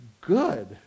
Good